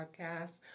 podcast